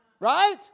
Right